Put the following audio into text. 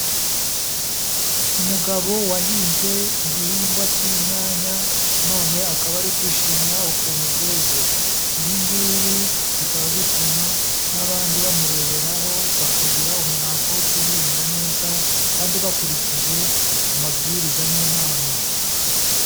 Umugabo wahinze igihingwa cy'inyanya none akaba ari kwishimira ukuntu zeze, ibi ngibi bikaba bituma n'abandi bamureberaho, bakagira umurava wo guhinga neza kandi bakurikije amabwiriza n'inama.